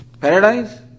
paradise